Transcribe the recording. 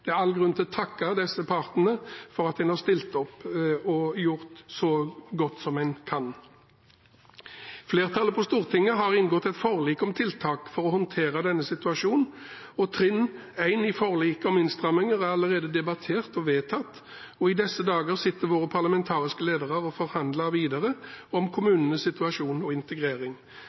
Det er all grunn til å takke disse partene for at en har stilt opp og gjort så godt som en kan. Flertallet på Stortinget har inngått et forlik om tiltak for å håndtere denne situasjonen. Trinn 1 i forliket om innstramming er allerede debattert og vedtatt, og i disse dager sitter våre parlamentariske ledere og forhandler videre om